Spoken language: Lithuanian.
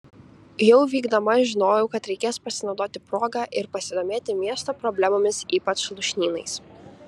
jau vykdama žinojau kad reikės pasinaudoti proga ir pasidomėti miesto problemomis ypač lūšnynais